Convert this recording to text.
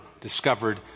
discovered